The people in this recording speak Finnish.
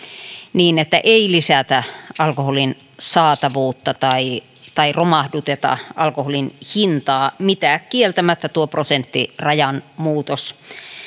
niin että ei lisätä alkoholin saatavuutta tai tai romahduteta alkoholin hintaa mitä kieltämättä tuo prosenttirajan muutos